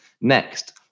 Next